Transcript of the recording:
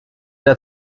der